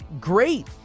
great